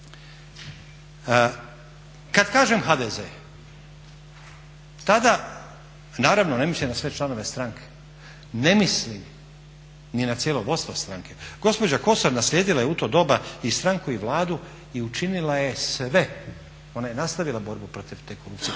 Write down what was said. Kad kažem HDZ tada naravno ne mislim na sve članove stranke, ne mislim ni na cijelo vodstvo stranke. Gospođa Kosor naslijedila je u to doba i stranku i Vladu i učinila je sve, ona je nastavila borbu protiv te korupcije,